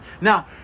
Now